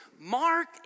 Mark